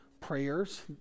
prayers